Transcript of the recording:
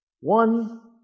One